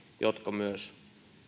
jotka myös